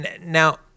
Now